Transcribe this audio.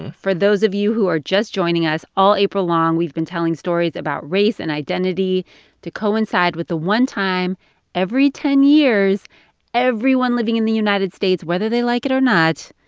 and for those of you who are just joining us, all april long, we've been telling stories about race and identity to coincide with the one time every ten years everyone living in the united states, whether they like it or not,